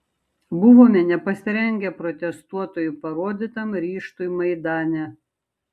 buvome nepasirengę protestuotojų parodytam ryžtui maidane